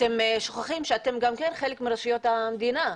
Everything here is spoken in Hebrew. אתם שוכחים שאתם גם חלק מרשויות המדינה.